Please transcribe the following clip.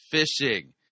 fishing